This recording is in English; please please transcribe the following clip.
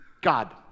God